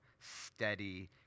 steady